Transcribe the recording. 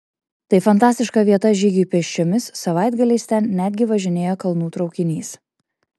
tai fantastiška vieta žygiui pėsčiomis savaitgaliais ten netgi važinėja kalnų traukinys